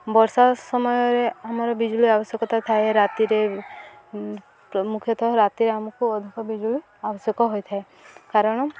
ବର୍ଷା ସମୟରେ ଆମର ବିଜୁଳି ଆବଶ୍ୟକତା ଥାଏ ରାତିରେ ମୁଖ୍ୟତଃ ରାତିରେ ଆମକୁ ଅଧିକ ବିଜୁଳି ଆବଶ୍ୟକ ହୋଇଥାଏ କାରଣ